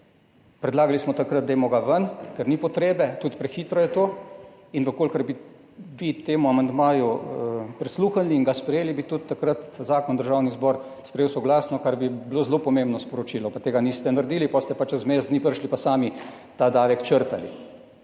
predlagali, da ga dajmo ven, ker ni potrebe, tudi prehitro je to, in če bi vi temu amandmaju prisluhnili in ga sprejeli, bi tudi takrat zakon Državni zbor sprejel soglasno, kar bi bilo zelo pomembno sporočilo, pa tega niste naredili, potem ste pa čez mesec dni prišli in sami črtali